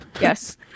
Yes